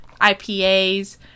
IPAs